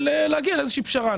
של להגיע לאיזה שהיא פשרה,